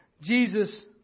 Jesus